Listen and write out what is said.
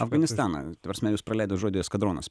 afganistaną ta prasme jūs praleidot žodį eskadronas